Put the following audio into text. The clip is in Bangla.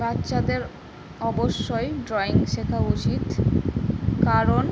বাচ্চাদের অবশ্যই ড্রয়িং শেখা উচিত কারণ